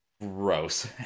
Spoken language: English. Gross